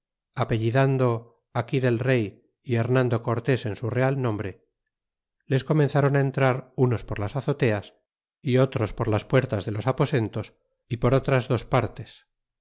apellidando aquí del rey y remando cortes en su real nombre les cornenzron entrar unos por las azoteas y otros por las puertas de los aposentos y por otras dos partes